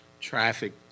traffic